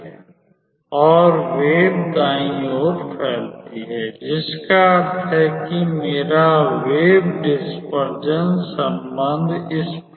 मेरी वेव दाईं ओर फैलती है जिसका अर्थ है कि मेरा वेव डिस्पर्जन संबंध इस प्रकार है